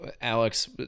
Alex